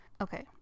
Okay